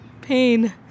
pain